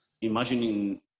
imagining